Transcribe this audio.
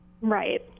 Right